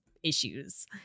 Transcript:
issues